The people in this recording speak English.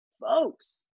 folks